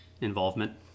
involvement